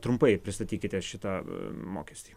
trumpai pristatykite šitą mokestį